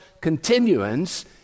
continuance